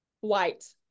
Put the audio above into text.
White